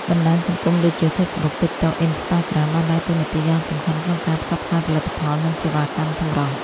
បណ្ដាញសង្គមដូចជា ហ្វេសបុក តីកតុក អុីនស្តាក្រាម បានដើរតួនាទីយ៉ាងសំខាន់ក្នុងការផ្សព្វផ្សាយផលិតផល និងសេវាកម្មសម្រស់។